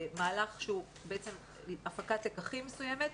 מהלך שהוא הפקת לקחים מסוימת.